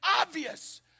obvious